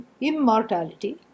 immortality